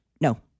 no